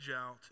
out